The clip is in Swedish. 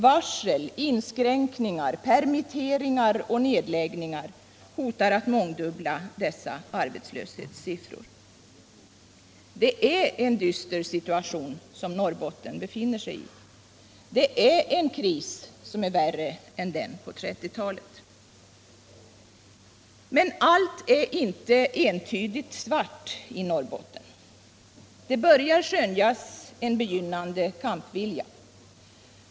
Varsel, inskränkningar, permitteringar och nedläggningar hotar att mångdubbla dessa arbetslöshetssiffror. Det är en dyster situation som Norrbotten befinner sig i. Det är en kris värre än den på 1930-talet. Men allt är inte entydigt svart i Norrbotten. Det börjar skönjas en begynnande kampvilja.